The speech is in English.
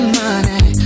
money